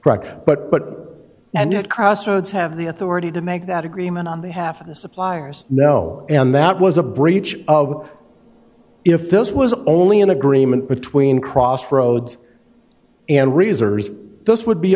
but but and yet crossroads have the authority to make that agreement on behalf of the suppliers no and that was a breach of if this was only an agreement between crossroads and reserve those would be